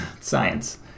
Science